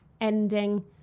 ending